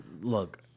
Look